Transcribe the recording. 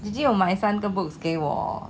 只有买三个 books 给我